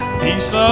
peace